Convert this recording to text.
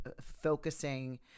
focusing